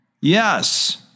Yes